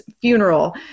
funeral